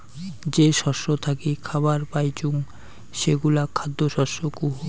যে শস্য থাকি খাবার পাইচুঙ সেগুলা খ্যাদ্য শস্য কহু